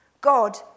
God